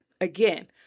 Again